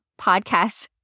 podcast